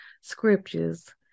scriptures